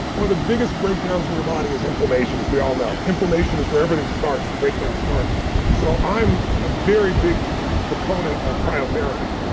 one of the biggest breakdowns in your body is inflammation, as we all know. inflammation is where everything starts, where breakdown starts so i'm a very big proponent of cryotherapy.